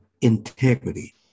integrity